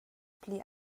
pli